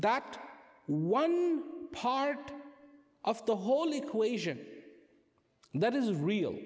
that one part of the whole equation and that is real